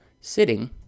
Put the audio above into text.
sitting